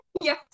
Yes